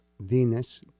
Venus